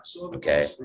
okay